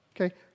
okay